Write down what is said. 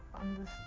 understand